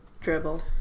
dribble